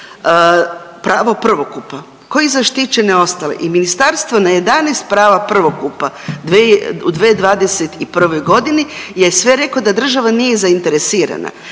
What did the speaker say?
pravo prvokupa, ko i zaštićene ostale i ministarstvo na 11 prava prvokupa u 2021.g. je sve reko da država nije zainteresirana.